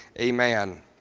amen